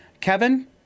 Kevin